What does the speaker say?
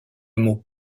mot